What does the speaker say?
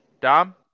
Dom